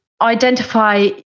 identify